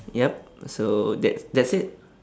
yup so that's that's it